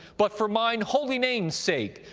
but for mine holy name's sake,